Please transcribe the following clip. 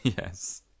Yes